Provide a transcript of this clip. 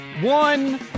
one